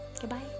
Goodbye